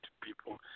people